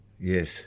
Yes